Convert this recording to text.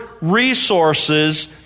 resources